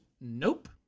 nope